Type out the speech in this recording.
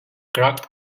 cracked